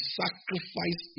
sacrifice